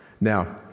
Now